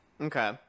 Okay